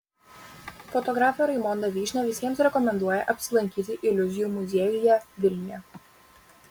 fotografė raimonda vyšnia visiems rekomenduoja apsilankyti iliuzijų muziejuje vilniuje